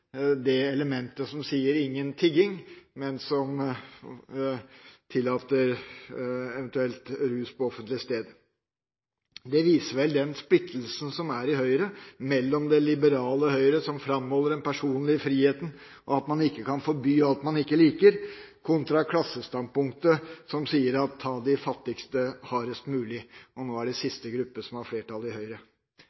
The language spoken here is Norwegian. det elementet som sier «ingen tigging», men som tillater, eventuelt, rus på offentlig sted. Det viser vel den splittelsen som er i Høyre, mellom det liberale Høyre, som framholder den personlige friheten, og at man ikke kan forby alt man ikke liker, kontra klassestandpunktet, som sier «ta de fattigste hardest mulig». Nå er det